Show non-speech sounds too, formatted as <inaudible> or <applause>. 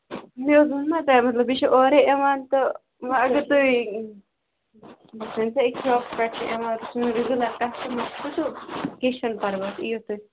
مےٚ حظ ووٚنمو تۅہہِ مطلب یہِ چھُ اورے یِوان تہٕ وۅنۍ اگر تُہۍ <unintelligible> کیٚنٛہہ چھُنہٕ پَروا یِیِو تُہۍ